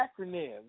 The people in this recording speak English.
acronyms